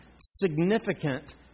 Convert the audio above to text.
significant